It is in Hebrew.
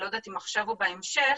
אם עכשיו או בהמשך,